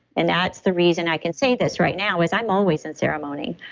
and that's the reason i can say this right now is i'm always in ceremony,